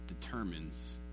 determines